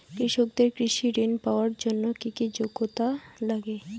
কৃষকদের কৃষি ঋণ পাওয়ার জন্য কী কী যোগ্যতা লাগে?